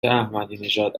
احمدینژاد